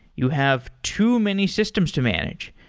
you have too many systems to manage.